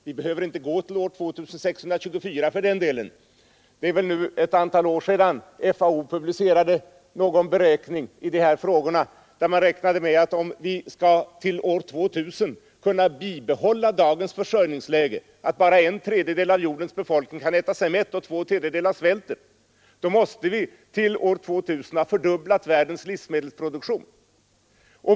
Vi behöver inte gå till år 2624 för den delen; det är väl nu ett antal år sedan FAO publicerade någon beräkning i de här frågorna, där man 81 räknade med att om vi fram till år 2000 skall kunna bibehålla dagens försörjningsläge, i vilket bara en tredjedel av jordens befolkning kan äta sig mätt medan två tredjedelar svälter, måste vi ha fördubblat världens livsmedelsproduktion.